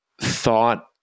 thought